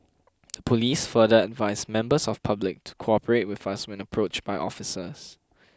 the police further advised members of public to cooperate with us when approached by officers